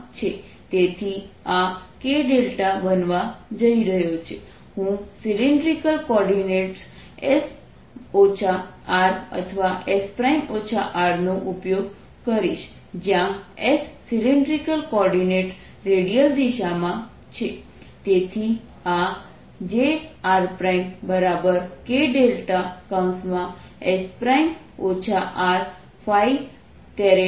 તેથી આ kδ બનવા જઈ રહ્યો છે હું સિલિન્ડ્રિકલ કોઓર્ડિનેટ્સ અથવા s R નો ઉપયોગ કરીશ જ્યાં s સિલિન્ડ્રિકલ કોઓર્ડિનેન્ટ રેડિયલ દિશામાં છે તેથી આ jrkδs R છે